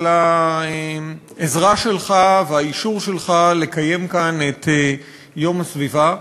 על העזרה שלך והאישור שלך לקיים כאן את יום הסביבה.